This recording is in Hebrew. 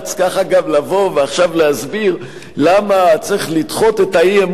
ככה גם לבוא ועכשיו להסביר למה צריך לדחות את האי-אמון,